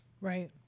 Right